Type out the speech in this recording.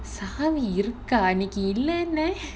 சாவி இருக்கா அன்னைக்கு இல்லாண்ட:saavi irukka annaikku illaanda